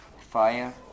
fire